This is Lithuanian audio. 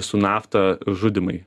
su nafta žudymai